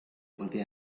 poté